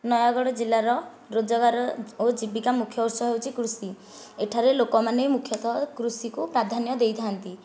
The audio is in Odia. ନୟାଗଡ଼ ଜିଲ୍ଲାର ରୋଜଗାର ଓ ଜୀବିକା ମୁଖ୍ୟ ଉତ୍ସ ହେଉଛି କୃଷି ଏଠାରେ ଲୋକମାନେ ମୁଖ୍ୟତଃ କୃଷିକୁ ପ୍ରଧ୍ୟାନ୍ୟ ଦେଇଥାନ୍ତି